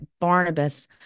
Barnabas